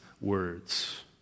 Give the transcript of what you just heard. words